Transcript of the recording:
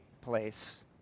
place